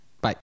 Bye